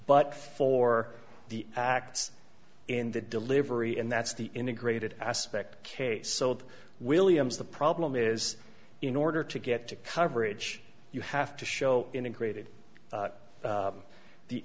but for the acts in the delivery and that's the integrated aspect case so williams the problem is in order to get to coverage you have to show integrated